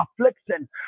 affliction